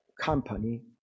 company